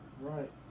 Right